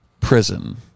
prison